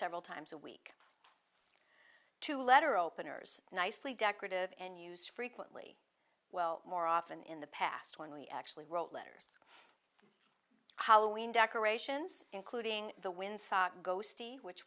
several times a week to letter openers nicely decorative and use frequently well more often in the past when we actually wrote letters how we decorations including the w